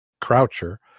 Croucher